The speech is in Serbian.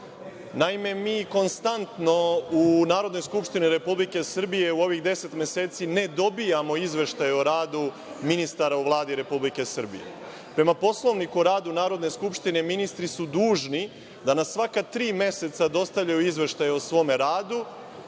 Srbije. Naime, mi konstantno u Narodnoj skupštini Republike Srbije u ovih 10 meseci ne dobijamo izveštaj o radu ministara u Vladi Republike Srbije. Prema Poslovniku o radu Narodne skupštine ministri su dužni da na svaka tri meseca dostavljaju izveštaj o svom radu